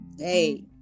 Hey